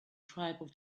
tribal